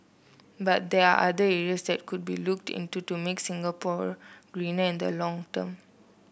but there are other areas that could be looked into to make Singapore greener in the long term